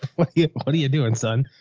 what are you doing, son?